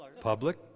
Public